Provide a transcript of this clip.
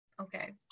okay